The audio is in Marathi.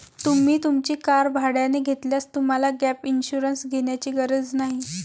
तुम्ही तुमची कार भाड्याने घेतल्यास तुम्हाला गॅप इन्शुरन्स घेण्याची गरज नाही